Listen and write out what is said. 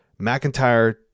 McIntyre